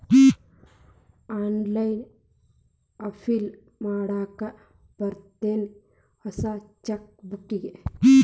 online apply ಮಾಡಾಕ್ ಬರತ್ತೇನ್ ಹೊಸ ಚೆಕ್ ಬುಕ್ಕಿಗಿ